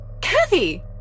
Kathy